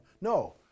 No